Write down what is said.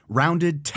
rounded